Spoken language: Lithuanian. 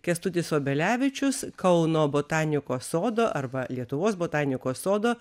kęstutis obelevičius kauno botanikos sodo arba lietuvos botanikos sodo